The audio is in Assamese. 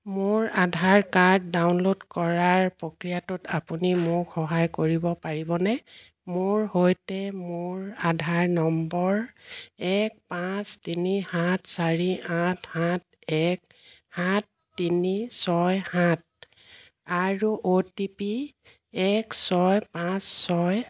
মোৰ আধাৰ কাৰ্ড ডাউনল'ড কৰাৰ প্ৰক্ৰিয়াটোত আপুনি মোক সহায় কৰিব পাৰিবনে মোৰ সৈতে মোৰ আধাৰ নম্বৰ এক পাঁচ তিনি সাত চাৰি আঠ সাত এক সাত তিনি ছয় সাত আৰু অ' টি পি এক ছয় পাঁচ ছয়